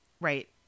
Right